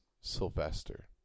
Sylvester